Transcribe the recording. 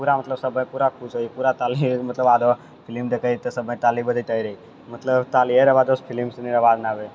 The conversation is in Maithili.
पूरा मतलब सभे पूरा खुश होइए पूरा ताली मतलब आरो फिल्म देखैय तऽ सभे ताली बजिते रहैये मतलब तालिये आवाजरे फिलिम सनि आवाज नहि अबैय